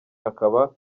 akaba